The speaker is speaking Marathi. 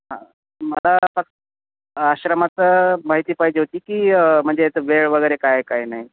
हां मला फक्त आश्रमाचं माहिती पाहिजे होती की म्हणजे याचं वेळ वगैरे काय काय नाही